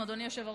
אדוני היושב-ראש,